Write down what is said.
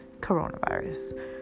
coronavirus